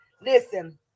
listen